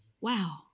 Wow